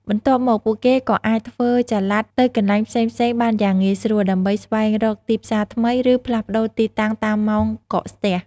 បន្ទាប់មក ពួកគេក៏អាចធ្វើចល័តទៅកន្លែងផ្សេងៗបានយ៉ាងងាយស្រួល ដើម្បីស្វែងរកទីផ្សារថ្មី ឬផ្លាស់ប្តូរទីតាំងតាមម៉ោងកកស្ទះ។